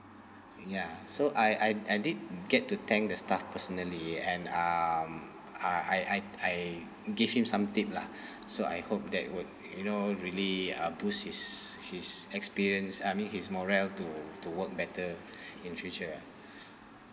ya so I I I did get to thank the staff personally and um I I I give him some tip lah so I hope that would you know really uh boost his his experience uh I mean his morale to to work better in future ah